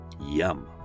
Yum